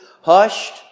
hushed